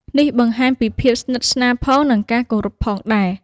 នេះបង្ហាញពីភាពស្និទ្ធស្នាលផង និងការគោរពផងដែរ។